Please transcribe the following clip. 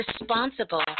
responsible